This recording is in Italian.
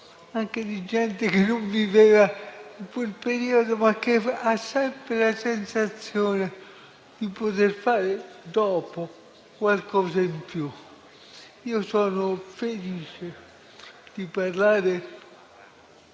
hanno vissuto e non vivono in quel periodo, ma che hanno sempre la sensazione di poter fare in futuro qualcosa in più. Io sono felice di parlare